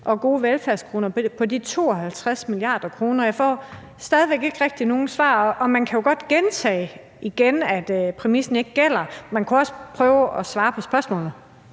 og gode velfærdskroner i de 52 mia. kr., og jeg får stadig væk ikke rigtig nogen svar. Og man kan jo godt gentage igen, at præmissen ikke gælder, men man kunne også prøve at svare på spørgsmålene.